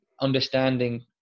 understanding